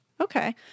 Okay